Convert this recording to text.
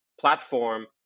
platform